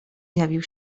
zjawił